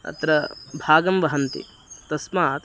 अत्र भागं वहन्ति तस्मात्